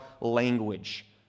language